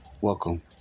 welcome